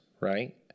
right